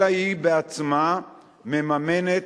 אלא היא עצמה מממנת,